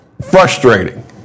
frustrating